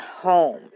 home